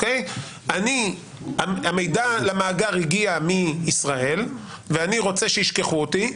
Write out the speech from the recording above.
אני המידע למאגר הגיע מישראל ואני רוצה שיישכחו אותי,